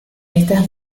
estas